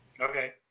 Okay